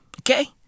Okay